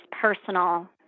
personal